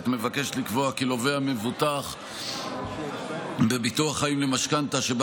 מבקשת לקבוע כי לווה המבוטח בביטוח חיים למשכנתה שבה